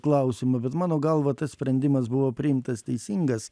klausimo bet mano galva tas sprendimas buvo priimtas teisingas